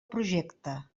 projecte